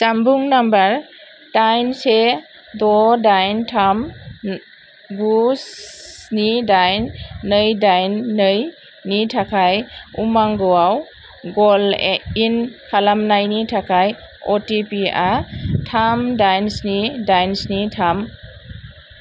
जानबुं नम्बर दाइन से द' दाइन थाम गु स्नि दाइन नै दाइन नै नि थाखाय उमांग'आव गलइन खालामनायनि थाखाय अटिपि आ थाम दाइन स्नि दाइन स्नि थाम